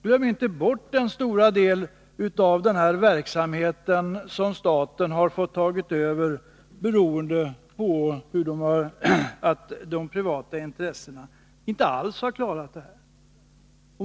Glöm inte bort den stora del av den här verksamheten som staten har fått ta över beroende på att de privata intressena inte har klarat av saken.